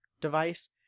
device